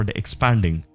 expanding